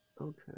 Okay